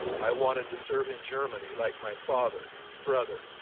i wanted to serve in germany like my father, brother,